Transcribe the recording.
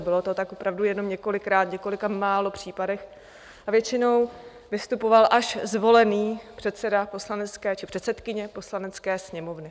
Bylo to tak opravdu několikrát v několika málo případech a většinou vystupoval až zvolený předseda či předsedkyně Poslanecké sněmovny.